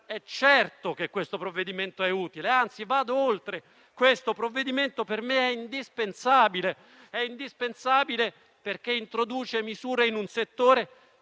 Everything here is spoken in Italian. è certo che questo provvedimento è utile. Anzi, vado oltre dicendo che questo provvedimento per me è indispensabile perché introduce misure in un settore